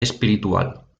espiritual